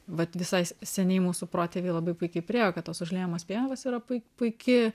vat visai seniai mūsų protėviai labai puikiai priėjo kad tos užliejamos pievos yra pui puiki